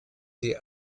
sie